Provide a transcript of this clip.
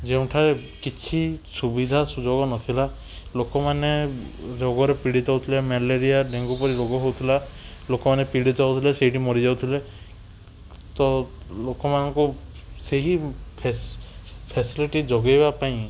ଯେଉଁଠାରେ କିଛି ସୁବିଧା ସୁଯୋଗ ନଥିଲା ଲୋକମାନେ ରୋଗରେ ପୀଡ଼ିତ ହଉଥିଲେ ମ୍ୟାଲେରିଆ ଡେଙ୍ଗୁ ପରି ରୋଗ ହଉଥିଲା ଲୋକମାନେ ପୀଡ଼ିତ ହଉଥିଲେ ସେଇଠି ମରି ଯାଉଥିଲେ ତ ଲୋକମାନଙ୍କ ସେହି ଫେସଲିଟି ଯୋଗାଇବା ପାଇଁ